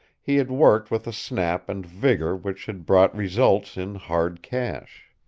he had worked with a snap and vigor which had brought results in hard cash.